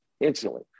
instantly